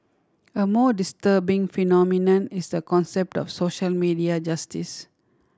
a more disturbing phenomenon is the concept of social media justice